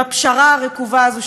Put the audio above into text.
בפשרה הרקובה הזאת,